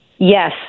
Yes